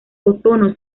ozono